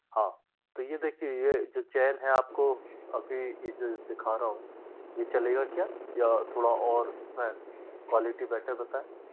हाँ तो ये देखिए ये जो चैन है आपको अभी ये जो दिखा रहा हूँ ये चलेगा क्या या थोड़ा और इस में क्वालिटी बेटर बताएं